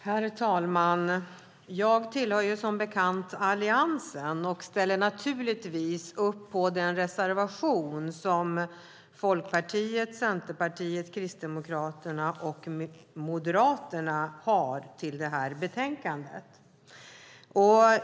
Herr talman! Jag tillhör Alliansen, och jag ställer naturligtvis upp på det särskilda yttrande som Folkpartiet, Centerpartiet, Kristdemokraterna och Moderaterna har till betänkandet.